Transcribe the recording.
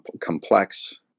complex